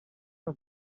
off